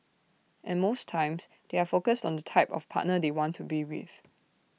and most times they are focused on the type of partner they want to be with